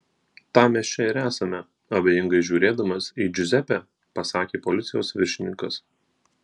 tam mes čia ir esame abejingai žiūrėdamas į džiuzepę pasakė policijos viršininkas